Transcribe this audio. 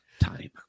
time